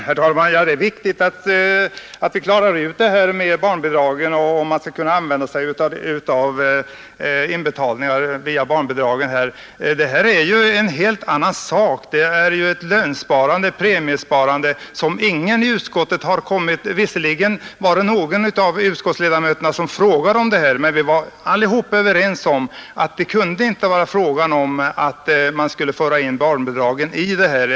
Herr talman! Det är viktigt att vi klarar ut om man skall kunna använda inbetalningar via barnbidragen. Att medge det skulle innebära en helt annan sak. Här är det fråga om att befrämja ett lönsparande, ett premiesparande. Visserligen var det någon av utskottsledamöterna som frågade om det, men alla var överens om att vi inte kunde föra in barnbidragen i detta system.